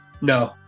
No